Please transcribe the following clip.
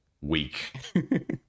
weak